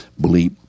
bleep